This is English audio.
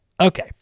Okay